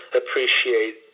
appreciate